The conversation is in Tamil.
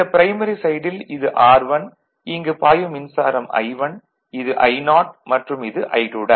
இந்த ப்ரைமரி சைடில் இது R1 இங்கு பாயும் மின்சாரம் I1 இது I0 மற்றும் இது I2